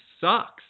sucks